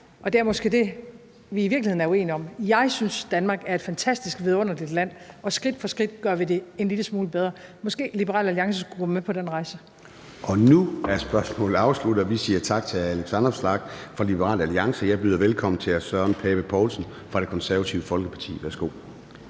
Og det er måske det, vi i virkeligheden er uenige om. Jeg synes, at Danmark er et fantastisk vidunderligt land, og skridt for skridt gør vi det en lille smule bedre. Måske skulle Liberal Alliance gå med på den rejse. Kl. 13:31 Formanden (Søren Gade): Nu er spørgsmålet afsluttet, og vi siger tak til hr. Alex Vanopslagh fra Liberal Alliance. Jeg byder velkommen til hr. Søren Pape Poulsen fra Det Konservative Folkeparti. Værsgo.